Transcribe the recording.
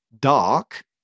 dark